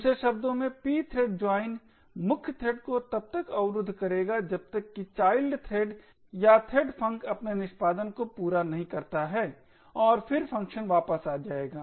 दूसरे शब्दों में pthread join मुख्य थ्रेड को तब तक अवरुद्ध करेगा जब तक कि चाइल्ड थ्रेड या threadfunc अपने निष्पादन को पूरा नहीं करता है और फिर फ़ंक्शन वापस आ जाएगा